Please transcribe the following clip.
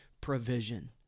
provision